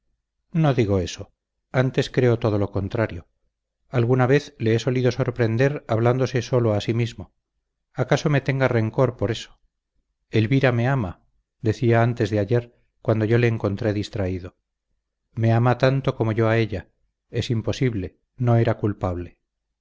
no digo eso antes creo todo lo contrario alguna vez le he solido sorprender hablándose solo a sí mismo acaso me tenga rencor por eso elvira me ama decía antes de ayer cuando yo le encontré distraído me ama tanto como yo a ella es imposible no era culpable